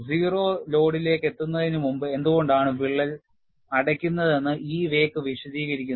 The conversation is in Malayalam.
0 ലോഡിലേക്ക് എത്തുന്നതിനുമുമ്പ് എന്തുകൊണ്ടാണ് വിള്ളൽ അടയ്ക്കുന്നതെന്ന് ഈ വേക്ക് വിശദീകരിക്കുന്നു